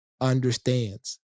understands